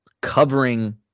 covering